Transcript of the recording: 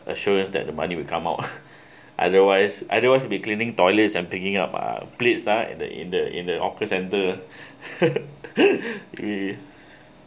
assurance that the money will come out otherwise otherwise will be cleaning toilets and picking up uh plates ha in the in the in the hawker center